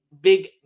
big